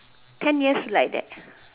ten years like that